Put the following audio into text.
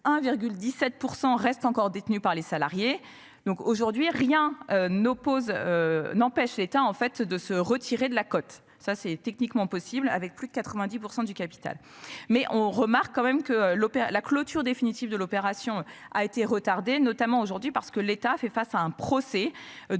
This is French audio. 1,17% restent encore détenus par les salariés. Donc aujourd'hui rien n'oppose. N'empêche, éteint en fait de se retirer de la cote. Ça, c'est techniquement possible avec plus de 90% du capital mais on remarque quand même que l'OPA la clôture définitive de l'opération a été retardé notamment aujourd'hui parce que l'État fait face à un procès de